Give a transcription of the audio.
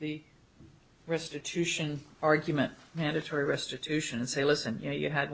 the restitution argument mandatory restitution and say listen you know you had